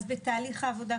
בתהליך העבודה,